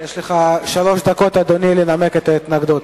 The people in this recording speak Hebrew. יש לך שלוש דקות לנמק את ההתנגדות.